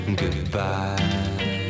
goodbye